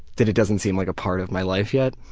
that it doesn't seem like a part of my life yet.